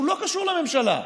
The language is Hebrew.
הוא לא קשור לממשלה.